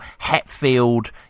Hetfield